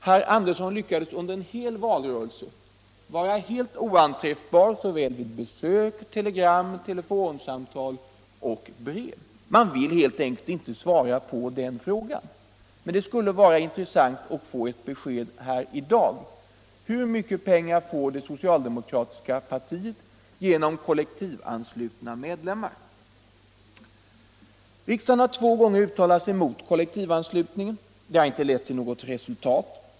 Herr Andersson lyckades under hela valrörelsen vara helt oanträffbar när det gällde såväl besök som telegram, telefonsamtal och brev. Han ville helt enkelt inte svara på frågan. Men det skulle vara intressant att få ett besked här i dag i stället: Hur mycket pengar får det socialdemokratiska partiet genom kollektivanslutna medlemmar? Riksdagen har två gånger uttalat sig mot kollektivanslutningen. Det har inte lett till något resultat.